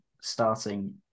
starting